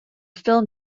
film